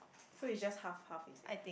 so it's just half half is it